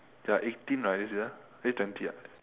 you're eighteen right this year eh twenty ah